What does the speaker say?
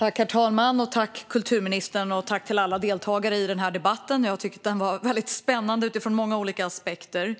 Herr talman! Tack till kulturministern och till alla deltagare i den här debatten! Jag tycker att den var spännande utifrån många olika aspekter.